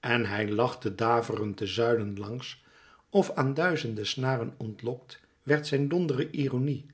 en hij lachte daverend de zuilen langs of aan duizende snaren ontlokt werd zijn donderende ironie